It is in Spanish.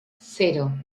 cero